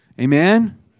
Amen